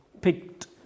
picked